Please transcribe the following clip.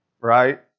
right